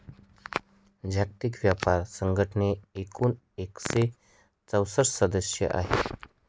जागतिक व्यापार संघटनेत एकूण एकशे चौसष्ट सदस्य आहेत